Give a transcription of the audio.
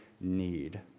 need